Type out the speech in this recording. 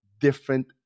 different